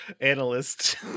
analyst